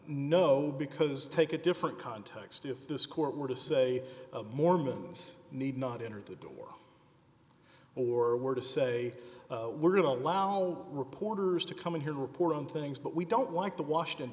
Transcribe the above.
no because take a different context if this court were to say of mormons need not enter the door or were to say we're about lao reporters to come in here report on things but we don't like the washington